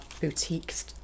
boutiques